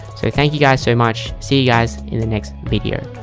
so thank you guys so much. see you guys in the next video